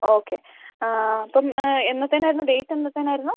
okay അപ്പം എന്നത്തേനായിരുന്നു date എന്നത്തേനായിരുന്നു